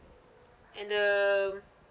and the